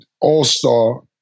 All-Star